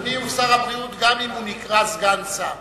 אדוני הוא שר הבריאות גם אם הוא נקרא סגן שר.